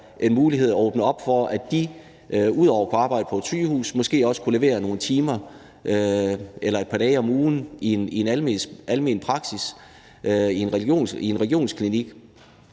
en mulighed at åbne op for, at de ud over at arbejde på et sygehus måske også kunne levere nogle timer eller et par dage om ugen i en almen praksis i en regionsklinik.